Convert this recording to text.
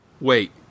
Wait